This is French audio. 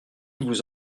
vous